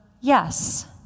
Yes